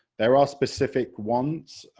there are specific ones,